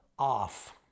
off